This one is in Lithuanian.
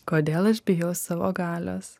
kodėl aš bijau savo galios